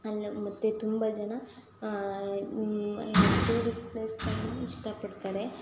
ಮತ್ತು ತುಂಬ ಜನ ಟೂರಿಸ್ಟ್ ಪ್ಲೇಸಗಳನ್ನ ಇಷ್ಟಪಡ್ತಾರೆ